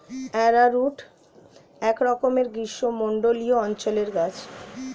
arrowroot একরকমের গ্রীষ্মমণ্ডলীয় অঞ্চলের গাছ